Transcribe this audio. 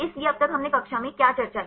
इसलिए अब तक हमने कक्षा में क्या चर्चा की